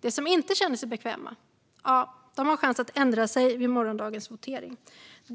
De som inte känner sig bekväma har chansen att ändra sig vid morgondagens votering.